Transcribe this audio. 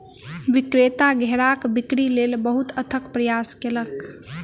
विक्रेता घेराक बिक्री लेल बहुत अथक प्रयास कयलक